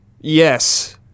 Yes